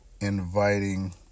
inviting